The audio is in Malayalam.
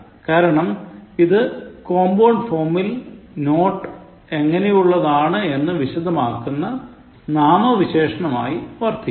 കാരണം ഇത് compound form ഇൽ നോട്ട് എങ്ങനെയുള്ളതാണ് എന്ന് വിശദമാക്കുന്ന ഒരു നാമവിശേഷനമായി വർത്തിക്കുന്നു